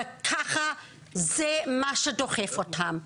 וזה מה שדוחף אותם,